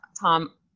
Tom